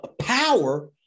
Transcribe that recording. power